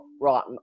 right